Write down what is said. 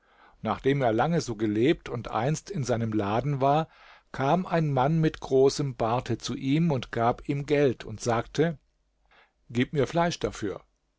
nachdem er lange so gelebt und einst in seinem laden war kam ein mann mit großem barte zu ihm und gab ihm geld und sagte gib mir fleisch dafür